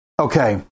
Okay